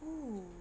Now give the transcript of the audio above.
oo